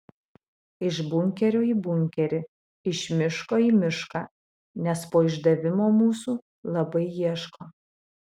iš bunkerio į bunkerį iš miško į mišką nes po išdavimo mūsų labai ieško